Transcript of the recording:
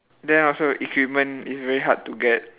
then also equipment is very hard to get